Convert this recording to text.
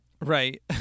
Right